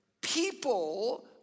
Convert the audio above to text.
people